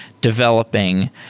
developing